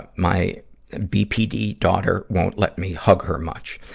but my bpd daughter won't let me hug her much.